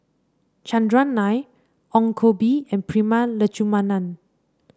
Chandran Nair Ong Koh Bee and Prema Letchumanan